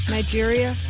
Nigeria